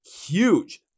huge